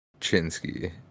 Chinsky